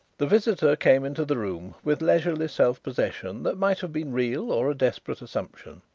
the visitor came into the room with leisurely self-possession that might have been real or a desperate assumption.